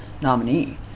nominee